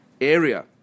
area